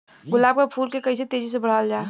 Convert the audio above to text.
गुलाब क फूल के कइसे तेजी से बढ़ावल जा?